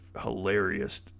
hilarious